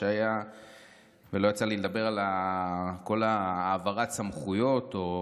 שהיה ולא יצא לי לדבר על כל העברת הסמכויות או